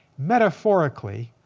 metaphorically,